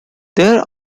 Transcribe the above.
there